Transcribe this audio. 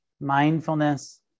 Mindfulness